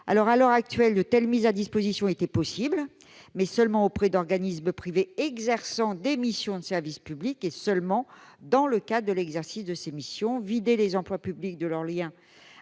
À l'heure actuelle, de telles mises à disposition sont possibles, mais seulement auprès d'organismes privés exerçant des missions de service public et uniquement dans le cadre de l'exercice de ces missions. Vider les emplois publics de leur lien